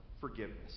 forgiveness